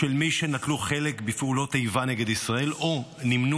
-- של מי שנטלו חלק בפעולות איבה נגד ישראל או נמנו